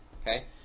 okay